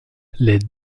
les